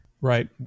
Right